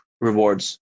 rewards